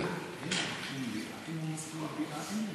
להעביר לרווחה.